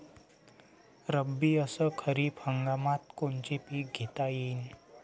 रब्बी अस खरीप हंगामात कोनचे पिकं घेता येईन?